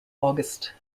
august